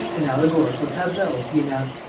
an allegorical tableau! he announced.